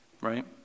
right